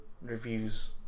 reviews